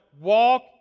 walk